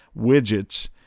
widgets